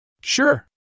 Sure